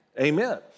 Amen